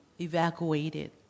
evacuated